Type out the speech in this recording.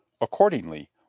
Accordingly